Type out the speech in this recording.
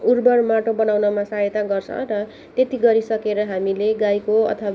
उर्वर माटो बनाउनमा सहायता गर्छ र त्यति गरिसकेर हामीले गाईको अथवा बा बाख्राको कुनै पनि मल ल्याएर त्यसमा माथिबाट